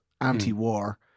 anti-war